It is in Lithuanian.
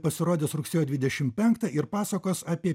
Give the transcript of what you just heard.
pasirodys rugsėjo dvidešim penktą ir pasakos apie